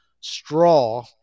straw